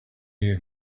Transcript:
you